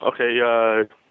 Okay